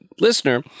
listener